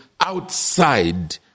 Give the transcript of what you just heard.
outside